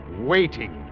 waiting